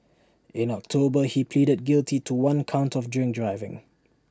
in October he pleaded guilty to one count of drink driving